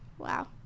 Wow